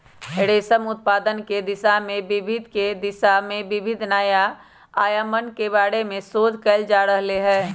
रेशम उत्पादन के दिशा में विविध नया आयामन के बारे में शोध कइल जा रहले है